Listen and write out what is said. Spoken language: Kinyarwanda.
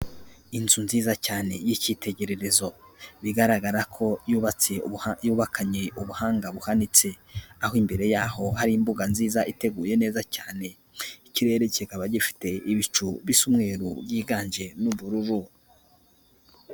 Inzu nziza cyane y'icyitegererezo, bigaragara ko yubatse yubakanye ubuhanga buhanitse. Aho imbere yaho hari imbuga nziza iteguye neza cyane, ikirere kikaba gifite ibicu bisa umweruru byiganje mo ubururu.